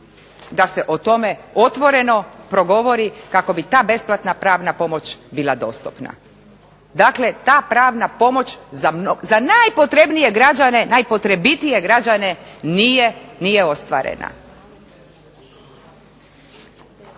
da se o tome otvoreno progovori kako bi ta besplatna pravna pomoć bila dostupna. Dakle, ta pravna pomoć za najpotrebnije građane, najpotrebitije